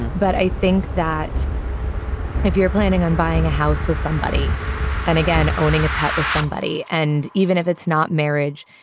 but i think that if you're planning on buying a house with somebody and again, owning a pet with somebody, and even if it's not marriage,